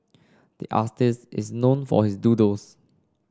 the artist is known for his doodles